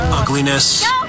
ugliness